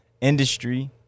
industry